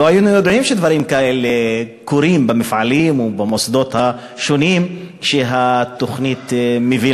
לא היינו יודעים שדברים כמו אלה שהתוכנית מביאה